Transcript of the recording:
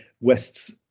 West's